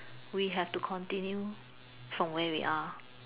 we have to continue from where we are